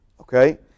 okay